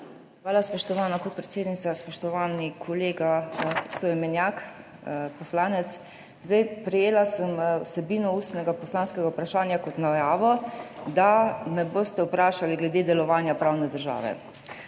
Hvala, spoštovana podpredsednica. Spoštovani kolega soimenjak, poslanec, prejela sem vsebino ustnega poslanskega vprašanja kot najavo, da me boste vprašali glede delovanja pravne države.